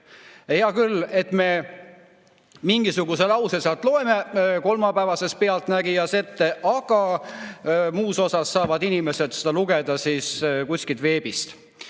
hea küll, me mingisuguse lause loeme kolmapäevases "Pealtnägijas" ette, aga muus osas saavad inimesed seda lugeda kuskilt veebist.